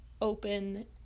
open